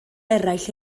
eraill